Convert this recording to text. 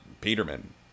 Peterman